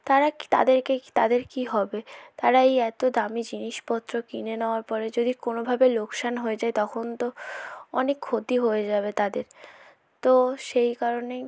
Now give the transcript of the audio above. তারা কী তাদেরকে কী তাদের কী হবে তারা এই এতো দামি জিনিসপত্র কিনে নেওয়ার পরে যদি কোনোভাবে লোকসান হয়ে যায় তখন তো অনেক ক্ষতি হয়ে যাবে তাদের তো সেই কারণেই